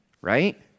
right